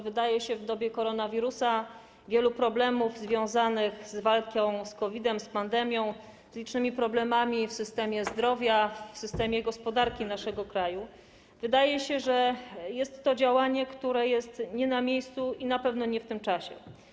W dobie koronawirusa, w dobie wielu problemów związanych z walką z COVID-em, z pandemią, w dobie licznych problemów w systemie zdrowia, w systemie gospodarki naszego kraju wydaje się, że jest to działanie, które jest nie na miejscu i na pewno nie w tym czasie.